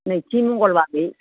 नैथि मंगलबारै